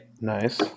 Nice